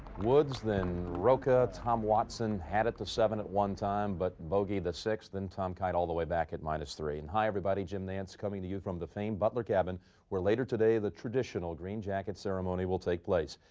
woods, then rocca, tom watson had at the seven at one time but bogeyed the sixth and tom kite all the way back at minus three. and hi, everybody. jim nance coming to you from the famed butler cabin were later today. the traditional green jacket ceremony will take place.